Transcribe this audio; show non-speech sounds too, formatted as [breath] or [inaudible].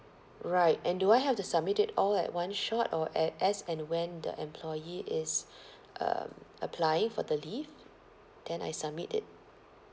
right and do I have to submit it all at one shot or at as and when the employee is [breath] um applying for the leave then I submit it